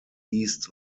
east